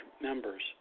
members